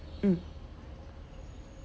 mm